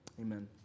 amen